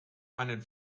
einen